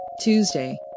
Tuesday